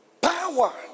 power